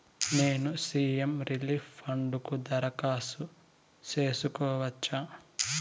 నేను CM relief fund కు దరఖాస్తు సేసుకోవచ్చా?